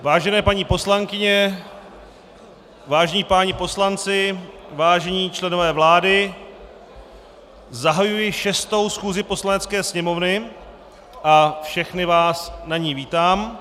Vážené paní poslankyně, vážení páni poslanci, vážení členové vlády, zahajuji 6. schůzi Poslanecké sněmovny a všechny vás na ní vítám.